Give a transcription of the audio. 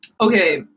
Okay